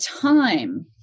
time